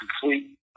complete